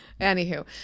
Anywho